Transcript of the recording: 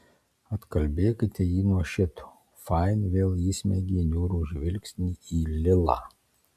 atkalbėkite jį nuo šito fain vėl įsmeigė niūrų žvilgsnį į lilą